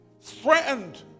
threatened